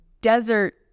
desert